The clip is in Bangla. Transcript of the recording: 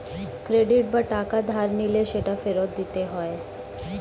ক্রেডিট বা টাকা ধার নিলে সেটা ফেরত দিতে হয়